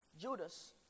Judas